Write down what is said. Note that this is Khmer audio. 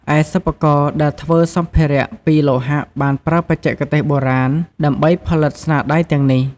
ឯសិប្បករដែលធ្វើសម្ភារៈពីលោហៈបានប្រើបច្ចេកទេសបុរាណដើម្បីផលិតស្នាដៃទាំងនេះ។